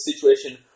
situation